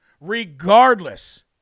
regardless